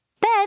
Bev